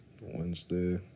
Wednesday